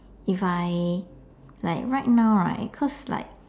if I like right now right cause like